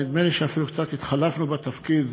נדמה לי שאפילו קצת התחלפנו בתפקיד.